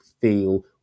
feel